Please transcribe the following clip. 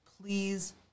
please